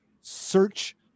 search